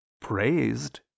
praised